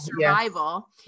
survival